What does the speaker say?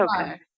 okay